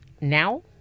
now